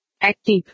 Active